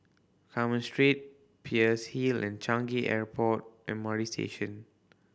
Carmen Street Peirce Hill and Changi Airport M R T Station